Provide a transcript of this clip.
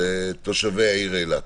לתושבי העיר אילת.